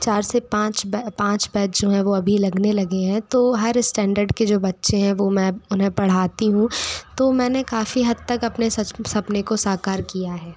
चार से पाँच बै पाँच बैच जो हैं वो अभी लगने लगे हैं तो हर स्टैंडर्ड के जो बच्चे हैं वो मैं उन्हें पढ़ाती हूँ तो मैंने काफ़ी हद्द तक अपने सच सपने को साकार किया है